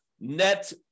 net